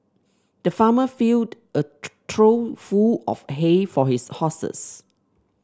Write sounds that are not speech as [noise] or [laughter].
the farmer filled a [unintelligible] trough full of hay for his horses